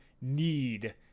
need